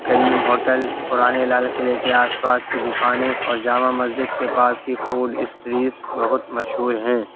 کریم hotel پرانے لال قلعے کے آس پاس کی دکانیں اور جامع مسجد کے پاس کی فوڈ اسٹریز بہت مشہور ہیں